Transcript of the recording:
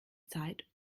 zeit